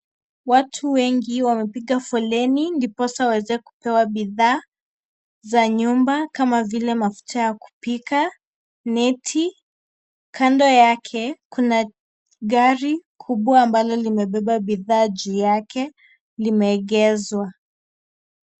Watu wengi wamepiga foleni ndiposa waweze kupewa bidhaa za nyumba, kama vile mafuta ya kupika, neti, kando yake, kuna gari kubwa ambalo limebeba bidhaa juu yake, limegezwa.